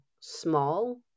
small